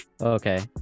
okay